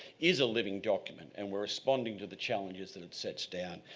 is a living document, and we are responding to the challenges and it sets down.